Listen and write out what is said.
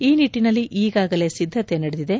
ಈ ನಿಟ್ಟನಲ್ಲಿ ಈಗಾಗಲೇ ಸಿದ್ದತೆ ನಡೆದಿದೆ